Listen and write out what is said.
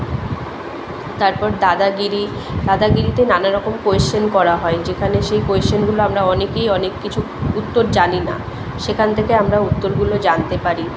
তারপর দাদাগিরি দাদাগিরিতে নানা রকম কোয়েশ্চেন করা হয় যেখানে সেই কোয়েশ্চেনগুলো আমরা অনেকেই অনেক কিছু উত্তর জানি না সেখান থেকে আমরা উত্তরগুলো জানতে পারি